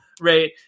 right